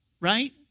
right